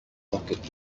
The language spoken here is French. conquête